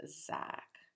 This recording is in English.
Zach